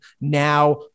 now